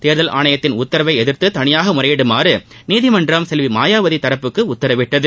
தேர்தல் ஆணையத்தின் உத்தரவை எதிர்த்து தனியாக முறையிடுமாறு நீதிமன்றம் செல்வி மாயாவதி தரப்புக்கு உத்தரவிட்டது